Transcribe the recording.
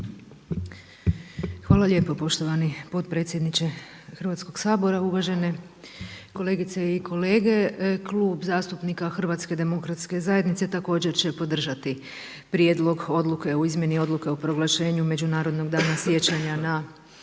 Hvala lijepo potpredsjedniče Hrvatskog sabora, uvažene kolegice i kolege. Klub zastupnika Hrvatske demokratske zajednice također će podržati Prijedlog odluke o izmjeni Odluke o proglašenju Međunarodnog dana sjećanja na romske